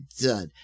done